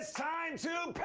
time to